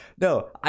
no